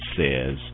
says